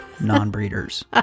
non-breeders